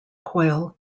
coil